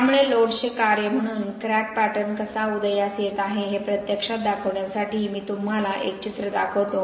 त्यामुळे लोड्सचे कार्य म्हणून क्रॅक पॅटर्न कसा उदयास येत आहे हे प्रत्यक्षात दाखवण्यासाठी मी तुम्हाला एक चित्र दाखवतो